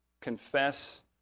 confess